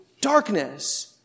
darkness